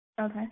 Okay